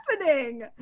happening